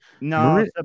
No